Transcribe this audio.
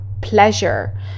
pleasure